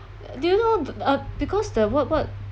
do you know the uh because the what what